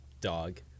dog